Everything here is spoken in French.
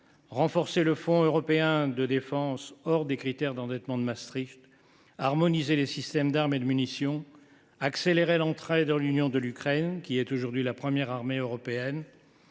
renforcer le Fonds européen de défense, hors critères de Maastricht, harmoniser les systèmes d’armes et de munitions, accélérer l’entrée dans l’Union de l’Ukraine, laquelle possède aujourd’hui la première armée européenne,